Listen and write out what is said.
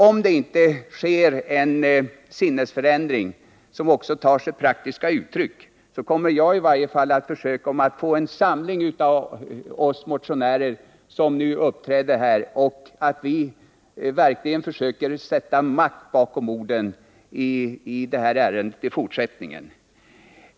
Om det inte sker en sinnesförändring som även tar sig praktiska uttryck kommer i varje fall jag att försöka samla de motionärer som nu uppträder här, så att vi verkligen sätter makt bakom orden i det här ärendet i fortsättningen.